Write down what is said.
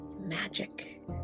magic